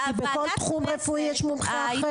כי בכל תחום רפואי יש מומחה אחר,